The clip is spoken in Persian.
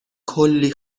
کلی